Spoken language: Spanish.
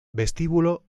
vestíbulo